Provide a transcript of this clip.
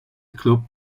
club